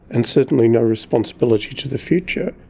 and certainly no responsibility to the future.